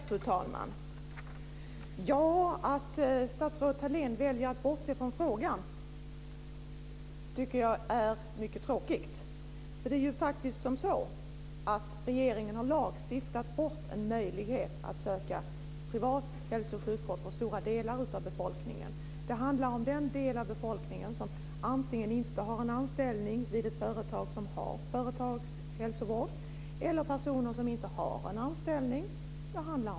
Fru talman! Jag tycker att det är mycket tråkigt att statsrådet Thalén väljer att bortse från frågan. Det är ju faktiskt så att regeringen för stora delar av befolkningen har lagstiftat bort en möjlighet att söka privat hälso och sjukvård. Det handlar antingen om den del av befolkningen som inte har en anställning vid ett företag med företagshälsovård eller om personer som inte har en anställning.